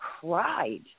cried